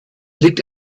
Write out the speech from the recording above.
liegt